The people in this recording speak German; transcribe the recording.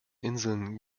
inseln